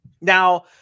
Now